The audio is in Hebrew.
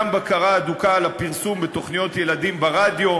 וגם בקרה הדוקה על הפרסום בתוכניות ילדים ברדיו,